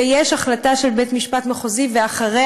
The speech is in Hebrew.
יש החלטה של בית-משפט מחוזי ואחריה